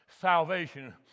Salvation